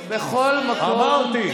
תגיד: בכל מקום במדינת ישראל, אמרתי.